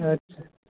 अच्छा